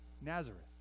Nazareth